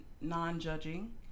non-judging